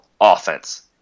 offense